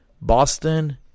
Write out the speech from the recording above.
Boston